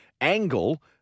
angle